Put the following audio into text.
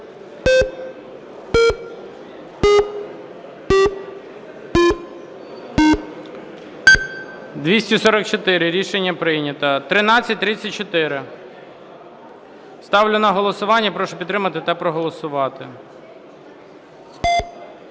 За-248 Рішення прийнято. 1709. Ставлю на голосування. Прошу підтримати та проголосувати.